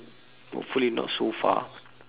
hopefully not so far